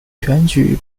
选举